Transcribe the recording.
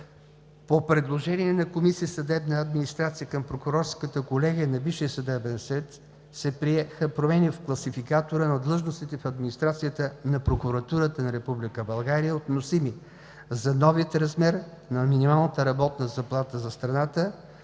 По предложение на Комисията „Съдебна администрация“ към Прокурорската колегия на бившия Съдебен съвет се приеха промени в Класификатора на длъжностите в администрацията на Прокуратурата на Република България относими за новия размер на минималната работна заплата за страната,